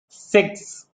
six